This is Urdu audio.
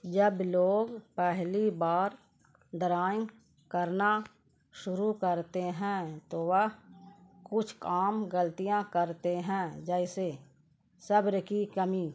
جب لوگ پہلی بار ڈرائنگ کرنا شروع کرتے ہیں تو وہ کچھ عام غلطیاں کرتے ہیں جیسے صبر کی کمی